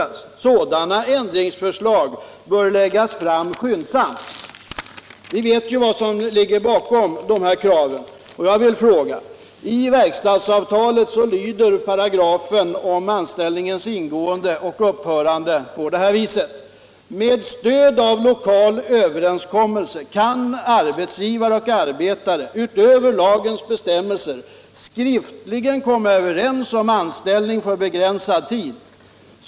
Vidare säger man att sådana ändringsförslag bör läggas fram skyndsamt. Vi vet ju vad som ligger bakom dessa krav. I verkstadsavtalet lyder första momentet i paragrafen om anställningens ingående och upphörande: ”Med stöd av lokal överenskommelse kan arbetsgivare och arbetare utöver lagens bestämmelser skriftligen komma överens om anställning för begränsad tid.